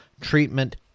treatment